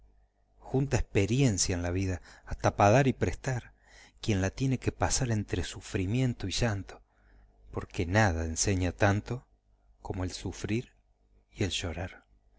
junta esperencia en la vida hasta pa dar y prestar quien la tiene que pasar entre sufrimiento y llanto porque nada enseña tanto como el sufrir y el llorar